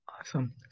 Awesome